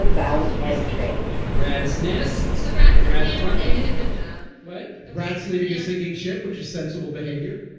that's just a misunderstanding rat's nest. so saraf rat fucking did a good job with the rats leaving a sinking ship, which is sensible behavior